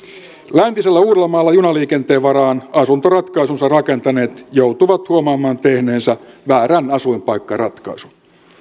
läntisellä uudellamaalla junaliikenteen varaan asuntoratkaisunsa rakentaneet joutuvat huomaamaan tehneensä väärän asuinpaikkaratkaisun